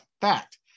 fact